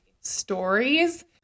stories